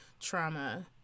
trauma